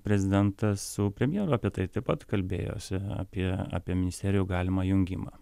prezidentas su premjeru apie tai taip pat kalbėjosi apie apie ministerijų galimą jungimą